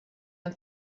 ein